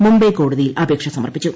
മുംബൈ കോടതിയിൽ അപേക്ഷ സമർപ്പിച്ചു